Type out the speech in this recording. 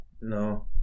No